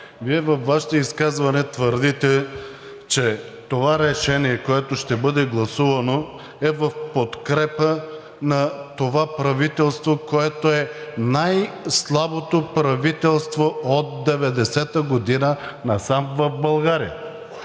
Вие във Вашето изказване твърдите, че това решение, което ще бъде гласувано, е в подкрепа на това правителство, което е най-слабото правителство от 90-а година насам в България.